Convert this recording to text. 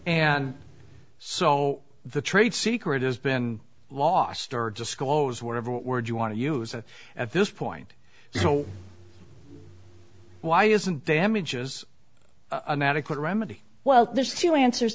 and so the trade secret has been lost or disclose whatever word you want to use it at this point so why isn't damages an adequate remedy well there's two answers